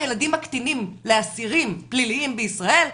הילדים הקטינים לאסירים פליליים בישראל,